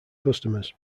customers